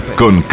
con